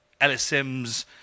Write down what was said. LSMs